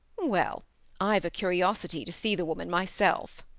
well i've a curiosity to see the woman myself.